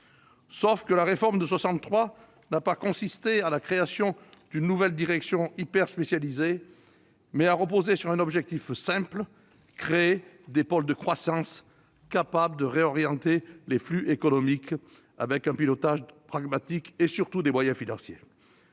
Néanmoins, la réforme de 1963 n'a pas consisté en la création d'une nouvelle direction hyperspécialisée : elle a reposé sur un objectif simple, à savoir créer des pôles de croissance capables de réorienter les flux économiques avec un pilotage pragmatique et, surtout, des moyens financiers.